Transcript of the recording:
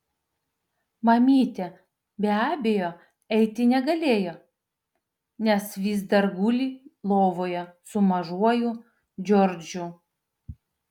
mamytė be abejo eiti negalėjo nes vis dar guli lovoje su mažuoju džordžu